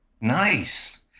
Nice